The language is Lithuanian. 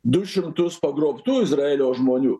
du šimtus pagrobtų izraelio žmonių